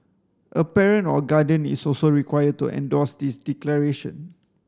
a parent or guardian is also required to endorse this declaration